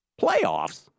Playoffs